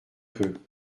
peu